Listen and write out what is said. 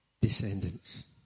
descendants